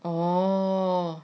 orh